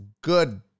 Good